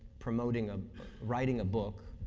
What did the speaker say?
promoting a writing a book,